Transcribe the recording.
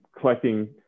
collecting